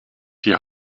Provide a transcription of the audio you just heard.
die